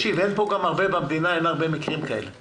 אין הרבה מקרים כאלה במדינה.